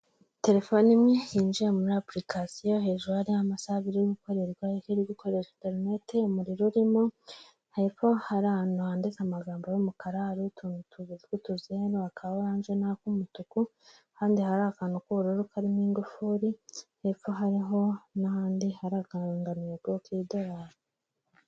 Telefone imwe yinjiye muri apulikasiyo hejuru hari amasaha abiri yo gukorerwa iri gukoresha enterineti, umuriro urimo hepfo ahantu handitse amagambo y'umukara hari utuntu tubiri tw'utuzeru hariho aka oranje n'ak'umutuku kandi hari akantu k'ubururu karimo ingufuri hepfo hari n'ahandi hari akarangantego k'idolari.